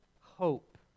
hope